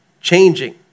changing